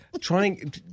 trying